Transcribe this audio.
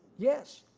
yes.